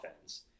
offense